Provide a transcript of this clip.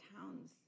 towns